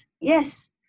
yes